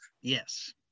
yes